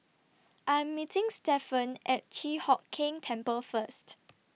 I Am meeting Stephen At Chi Hock Keng Temple First